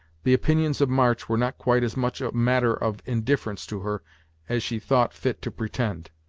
the opinions of march were not quite as much a matter of indifference to her as she thought fit to pretend.